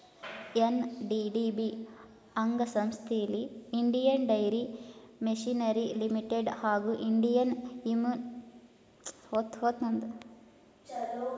NDDB ಅಂಗಸಂಸ್ಥೆಲಿ Indian dairy machinery limited ಹಾಗೂ Indian immunologicals limited ಸೇರಯ್ತೆ